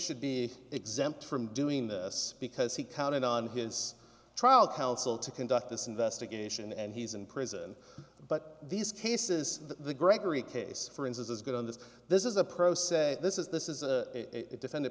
should be exempt from doing this because he counted on his trial counsel to conduct this investigation and he's in prison but these cases the gregory case for instance is good on this this is a pro se this is this is